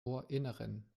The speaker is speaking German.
ohrinneren